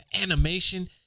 animation